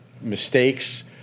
mistakes